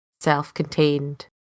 self-contained